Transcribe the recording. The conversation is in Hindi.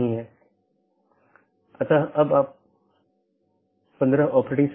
नेटवर्क लेयर रीचैबिलिटी की जानकारी की एक अवधारणा है